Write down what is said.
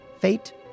fate